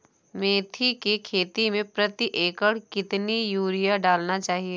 मेथी के खेती में प्रति एकड़ कितनी यूरिया डालना चाहिए?